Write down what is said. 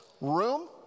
room